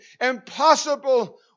impossible